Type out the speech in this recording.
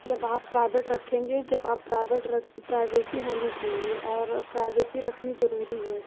जब आप प्राइवेट रखेंगे जब आप प्राइवेट रख प्राइवेसी होनी चाहिए और प्राइवेसी रखनी जरूरी है